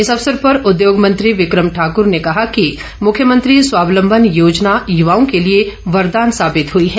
इस अवसर पर उद्योग मंत्री विक्रम ठाकूर ने कहा कि मुख्यमंत्री स्वावलम्बन योजना युवाओं के लिए वरदान साबित हुई है